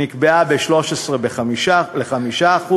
שנקבעה ל-2013, ל-5%,